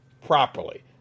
properly